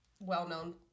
well-known